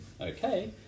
okay